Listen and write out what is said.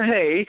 Hey